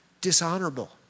dishonorable